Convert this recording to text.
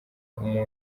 umuntu